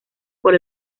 por